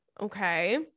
okay